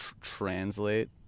translate